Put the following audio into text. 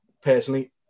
personally